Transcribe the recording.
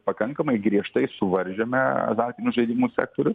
pakankamai griežtai suvaržėme azartinių žaidimų sektorių